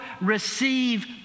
receive